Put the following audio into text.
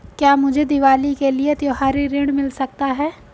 क्या मुझे दीवाली के लिए त्यौहारी ऋण मिल सकता है?